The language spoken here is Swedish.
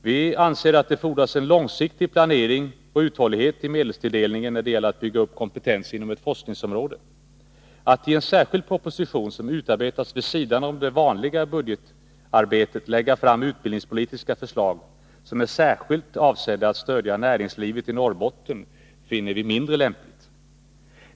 Vi anser att det fordras en långsiktig planering och uthållighet i medelstilldelningen när det gäller att bygga upp kompetens inom ett forskningsområde. Att i en särskild proposition som utarbetats vid sidan om det vanliga budgetarbetet lägga fram utbildningspolitiska förslag som är särskilt avsedda att stödja näringslivet i Norrbotten finner vi därför mindre lämpligt.